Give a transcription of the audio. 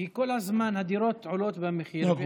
כי כל הזמן הדירות עולות במחיר,